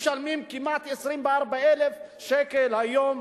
משלמים כמעט 24,000 שקל היום,